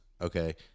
Okay